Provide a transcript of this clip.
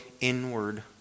inward